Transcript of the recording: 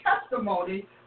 testimony